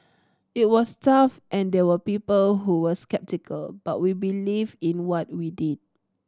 it was tough and there were people who were sceptical but we believed in what we did